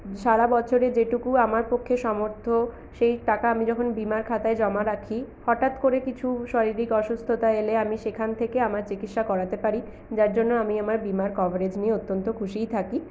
সারা বছরে যেটুকু আমার পক্ষে সামর্থ্য সেই টাকা আমি যখন বিমার খাতায় জমা রাখি হঠাৎ করে কিছু শারীরিক অসুস্থতা এলে আমি সেখান থেকে আমি সেখান থেকে আমার চিকিৎসা করাতে পারি যার জন্য আমি আমার বীমার কভারেজ নিয়ে অত্যন্ত খুশিই থাকি